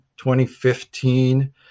2015